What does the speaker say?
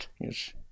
Yes